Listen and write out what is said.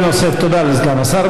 תודה לסגן השר.